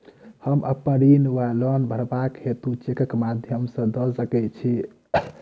हम अप्पन ऋण वा लोन भरबाक हेतु चेकक माध्यम सँ दऽ सकै छी?